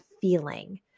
feeling